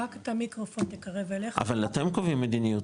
אבל אתם קובעים מדיניות,